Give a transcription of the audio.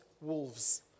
wolves